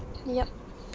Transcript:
ya